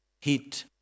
heat